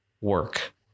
work